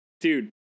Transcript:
dude